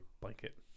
blanket